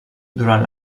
durant